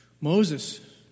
Moses